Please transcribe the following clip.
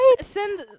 send